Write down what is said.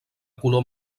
color